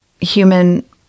human